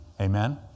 Amen